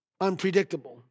unpredictable